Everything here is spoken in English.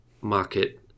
market